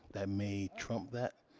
that may trump that.